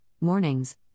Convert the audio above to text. mornings